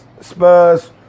Spurs